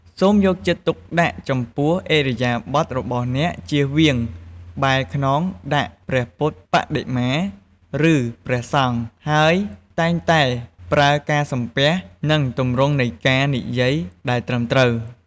សូមយកចិត្តទុកដាក់ចំពោះឥរិយាបថរបស់អ្នក ជៀសវាងបែរខ្នងដាក់ព្រះពុទ្ធបដិមា ឬព្រះសង្ឃ ហើយតែងតែប្រើការសំពះ និងទម្រង់នៃការនិយាយដែលត្រឹមត្រូវ។